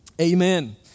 Amen